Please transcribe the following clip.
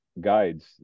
guides